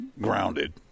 grounded